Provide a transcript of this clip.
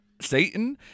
Satan